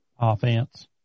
Offense